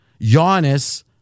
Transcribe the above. Giannis